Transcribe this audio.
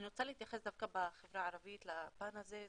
אני רוצה להתייחס בחברה הערבית לפן הזה,